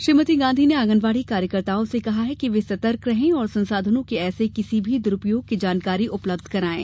श्रीमती गांधी ने आगंनवाड़ी कार्यकर्ताओं से कहा कि वे सतर्क रहे और संसाधनों के ऐसे किसी दुरूपयोग की जानकारी उपलब्ध कराएं